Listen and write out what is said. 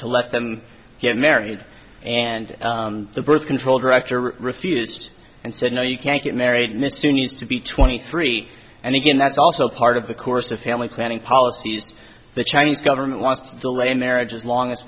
to let them get married and the birth control director refused and said no you can't get married mr needs to be twenty three and again that's also part of the course of family planning policies the chinese government wants to delay marriage as long as